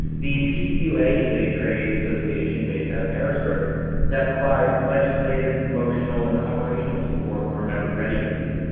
the pcua is a trade association based out of harrisburg that provides legislative, promotional, and operational support for our member credit unions.